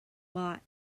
lot